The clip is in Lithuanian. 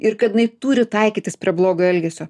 ir kad jinai turi taikytis prie blogo elgesio